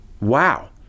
wow